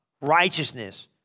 righteousness